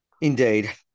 Indeed